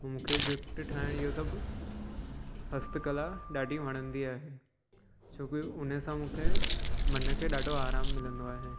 मूंखे गिफ़्ट ठाहिणु इहो सभु हस्तकला ॾाढी वणंदी आहे छोकी उनसां मूंखे मन खे ॾाढो आराम मिलंदो आहे